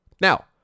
Now